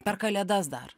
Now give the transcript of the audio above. per kalėdas dar